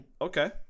okay